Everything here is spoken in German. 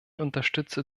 unterstütze